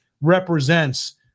represents